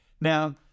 Now